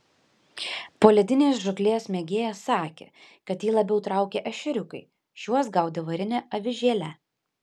poledinės žūklės mėgėjas sakė kad jį labiau traukia ešeriukai šiuos gaudė varine avižėle